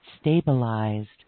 stabilized